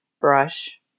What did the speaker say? brush